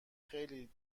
خیلی